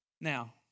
Now